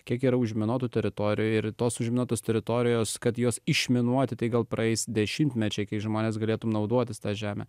kiek yra užminuotų teritorijų ir tos užminuotos teritorijos kad juos išminuoti tai gal praeis dešimtmečiai kai žmonės galėtų naudotis tą žemę